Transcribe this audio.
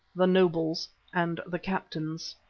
the nobles and the captains.